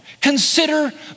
Consider